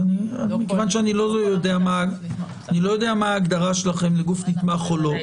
לא כל --- מכיוון שאני לא יודע מהי ההגדרה שלכם לגוף נתמך או לא,